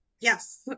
Yes